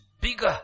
bigger